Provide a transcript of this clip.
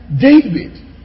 David